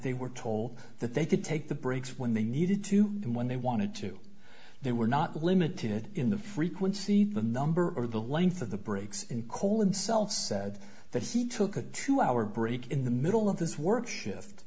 they were told that they could take the breaks when they needed to and when they wanted to they were not limited in the frequency the number or the length of the breaks in call in self said that he took a two hour break in the middle of this work shift